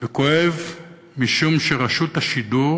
וכואב, משום שרשות השידור